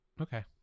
Okay